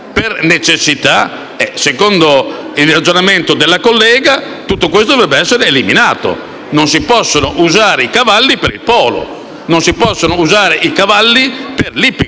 per necessità? Secondo il ragionamento della collega, tutto questo dovrebbe essere eliminato. Non si possono usare i cavalli per il polo, non si possono usare i cavalli per l'ippica